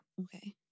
Okay